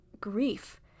grief